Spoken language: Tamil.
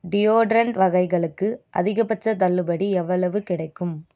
டியோட்ரண்ட் வகைகளுக்கு அதிகபட்சத் தள்ளுபடி எவ்வளவு கிடைக்கும்